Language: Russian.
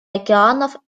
океанов